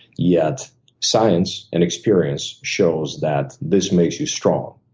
yet science and experience shows that this makes you strong.